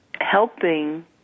helping